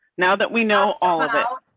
now that we know all of it?